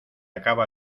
acaba